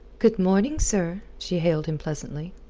good-morning, sir, she hailed him pleasantly.